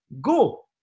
go